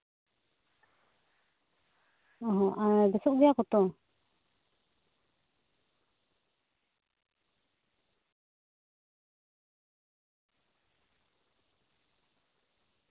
ᱚ ᱦᱚ ᱟᱨ ᱵᱮᱥᱚᱜ ᱜᱮᱭᱟ ᱠᱚᱛᱚ